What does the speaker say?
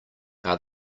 are